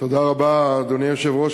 אדוני היושב-ראש,